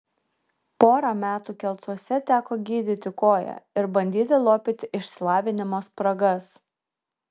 porą metų kelcuose teko gydyti koją ir bandyti lopyti išsilavinimo spragas